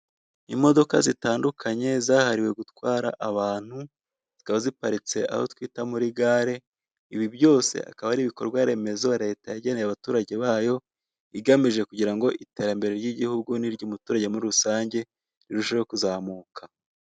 Imodoka zitandukanye zahariwe gutwara abantu ziparitse aho twita muri gare, ibi byose akaba ari ibikorwaremezo leta yageneye abaturage bayo igamije kugira ngo iterambere ry'igihugu n'iry'umuturage muri rusange rirusheho kuzamuka.